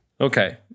Okay